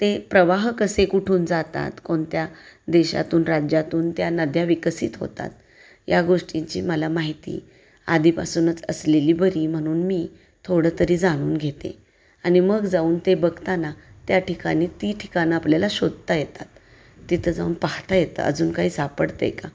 ते प्रवाह कसे कुठून जातात कोणत्या देशातून राज्यातून त्या नद्या विकसित होतात या गोष्टींची मला माहिती आधीपासूनच असलेली बरी म्हणून मी थोडं तरी जाणून घेते आणि मग जाऊन ते बघताना त्या ठिकाणी ती ठिकाणं आपल्याला शोधता येतात तिथं जाऊन पाहता येतं अजून काही सापडतं आहे का